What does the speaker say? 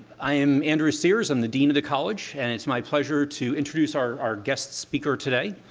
i am andrew sears. i'm the dean of the college and it's my pleasure to introduce our guest speaker today.